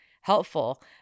helpful